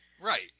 right